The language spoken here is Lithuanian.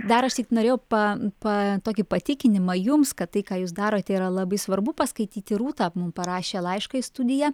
dar aš tik norėjau pa pa tokį patikinimą jums kad tai ką jūs darote tai yra labai svarbu paskaityti rūta mums parašė laišką į studiją